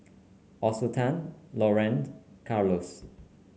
Assunta Laurene Carlos